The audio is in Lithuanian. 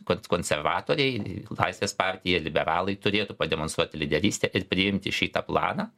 kad konservatoriai laisvės partija liberalai turėtų pademonstruoti lyderystę ir priimti šitą planą